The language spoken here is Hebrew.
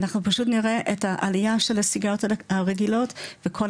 אנחנו פשוט נראה את העלייה של הסיגריות הרגילות וכל